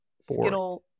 skittle